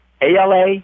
ALA